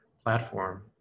platform